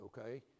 okay